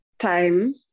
time